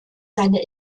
seine